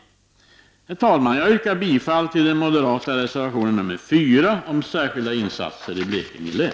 Herr talman! Jag yrkar bifall till den moderata reservationen nr 4 om särskilda insatser i Blekinge län.